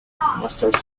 master